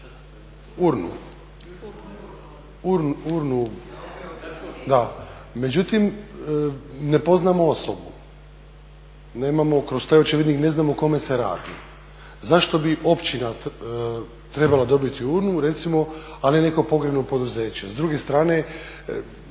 smo i urnu. Međutim, ne poznamo osobu, nemamo kroz taj očevidnik ne znamo o kome se radi. Zašto bi općina trebala dobiti urnu, recimo a ne neko pogrebno poduzeće. S druge strane